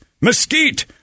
mesquite